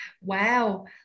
wow